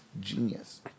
genius